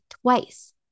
twice